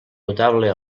notable